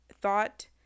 thought